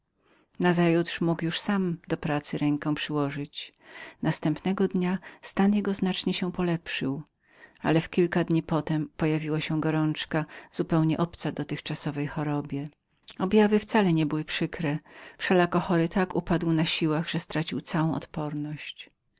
przyglądał nazajutrz mógł już sam rękę przyłożyć następnego dnia stan jego znacznie się polepszył ale w kilka dni potem pojawiła się gorączka zupełnie obca dotychczasowej chorobie symptomata wcale nie były gwałtowne wszelako chory tak upadł na siłach że